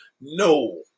No